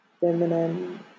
Feminine